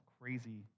crazy